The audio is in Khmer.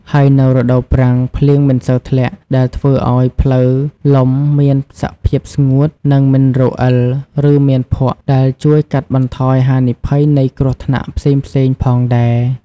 ហើយនៅរដូវប្រាំង ភ្លៀងមិនសូវធ្លាក់ ដែលធ្វើឲ្យផ្លូវលំមានសភាពស្ងួត និងមិនរអិល ឬមានភក់ ដែលជួយកាត់បន្ថយហានិភ័យនៃគ្រោះថ្នាក់ផ្សេងៗផងដែរ។